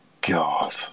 god